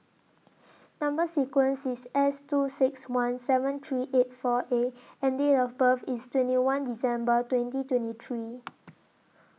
Number sequence IS S two six one seven three eight four A and Date of birth IS twenty one December twenty twenty three